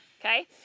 Okay